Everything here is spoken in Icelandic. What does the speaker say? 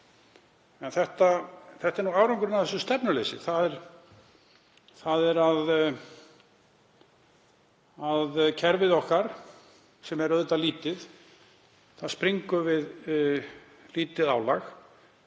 En þetta er árangurinn af þessu stefnuleysi. Kerfið okkar, sem er auðvitað lítið, springur við lítið álag.